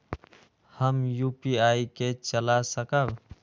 हम यू.पी.आई के चला सकब?